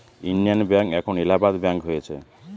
Indian bank এখন Allahabad bank হয়েছে